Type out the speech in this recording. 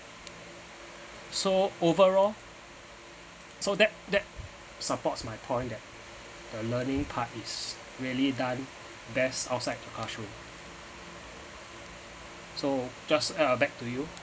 so overall so that that supports my point that the learning part is really done best outside the classroom so just uh back to you